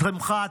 הסמח"ט,